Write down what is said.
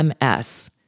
MS